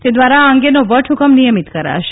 તે દ્વારા આ અંગેનો વટહુકમ નિયમિત કરાશે